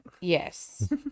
Yes